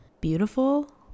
beautiful